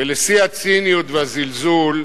ולשיא הציניות והזלזול,